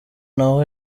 naho